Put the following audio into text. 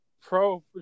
pro